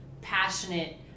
passionate